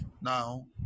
now